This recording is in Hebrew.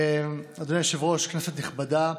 אדוני היושב-ראש, כנסת נכבדה,